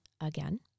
again